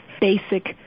basic